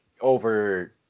over